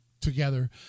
together